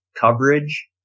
coverage